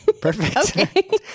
perfect